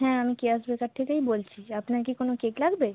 হ্যাঁ আমি কেয়াস বেকার থেকেই বলছি আপনার কি কোনো কেক লাগবে